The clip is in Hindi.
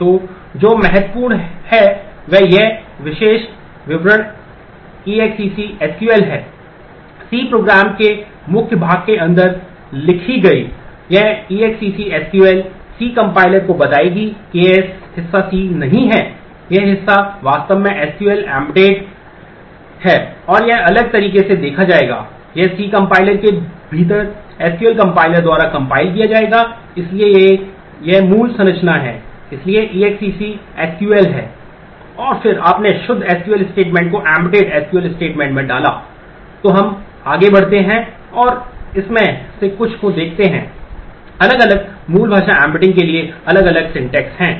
तो जो महत्वपूर्ण है वह यह विशेष विवरण EXEC एसक्यूएल के लिए अलग अलग syntax हैं